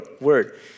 word